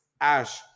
ash